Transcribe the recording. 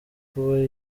kuba